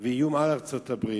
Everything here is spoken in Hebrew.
ואיום על ארצות-הברית,